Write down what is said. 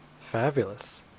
Fabulous